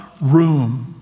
room